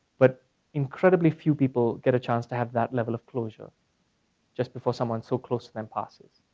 but incredibly few people get a chance to have that level of closure just before someone so close to them passes.